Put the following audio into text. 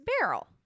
barrel